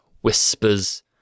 whispers